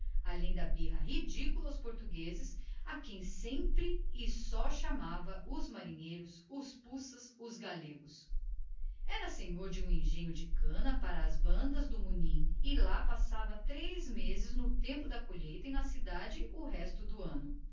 e a birra aos portugueses a quem na ausência só chamava marinheiros puças galegos senhor de engenho de um engenho de cana lá para as bandas do munim onde passava três meses no tempo da colheita o resto do ano